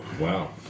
Wow